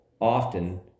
often